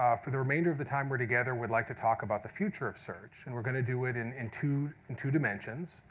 ah for the remainder of the time were together we'd like to talk about the future of search. and we're going to do it in and two and two dimensions.